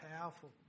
powerful